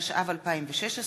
התשע"ו 2016,